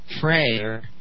prayer